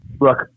look